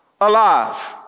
alive